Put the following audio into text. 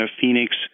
Phoenix